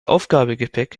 aufgabegepäck